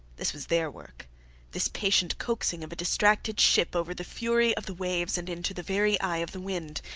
this was their work this patient coaxing of a distracted ship over the fury of the waves and into the very eye of the wind.